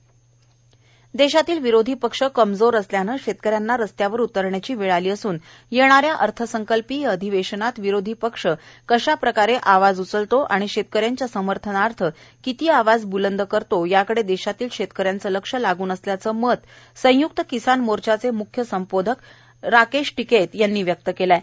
राकेश टिकैत देशातील विरोधी पक्ष कमजोर असल्याने शेतकऱ्यांना रस्त्यावर उतरण्याची वेळ आली असून येणाऱ्या अर्थसंकल्पिय अधिवेशनात विरोधी पक्ष कशाप्रकारे आवाज उचलतो आणि शेतकऱ्यांचा समर्थनार्थ किती आवाज ब्लंद करतो याकडे देशातील शेतकऱ्यांचे लक्ष लागून असल्याचे मत संय्क्त किसान मोर्चाचे म्ख्य संबोधक कर्ता राकेश टिकैत यांनी व्यक्त केले आहे